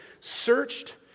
searched